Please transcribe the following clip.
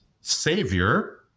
savior